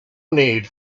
need